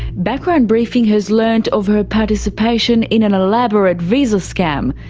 background briefing has learnt of her participation in an elaborate visa scam,